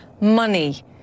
money